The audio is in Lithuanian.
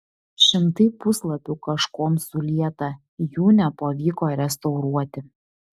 šimtai puslapių kažkuom sulieta jų nepavyko restauruoti